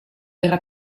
era